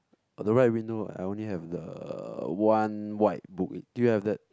on the right window I only have the one white book do you have that